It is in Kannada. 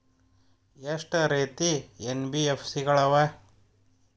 ಎಷ್ಟ ರೇತಿ ಎನ್.ಬಿ.ಎಫ್.ಸಿ ಗಳ ಅವ?